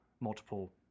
multiple